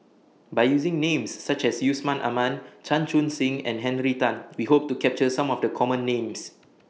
By using Names such as Yusman Aman Chan Chun Sing and Henry Tan We Hope to capture Some of The Common Names